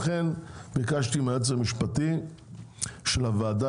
לכן ביקשתי מהיועץ המשפטי של הוועדה